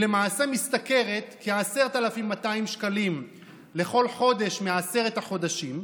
היא למעשה משתכרת כ-10,200 שקלים לכל חודש מעשרת החודשים,